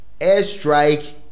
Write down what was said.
airstrike